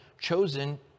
Chosen